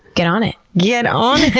get on it. get on it!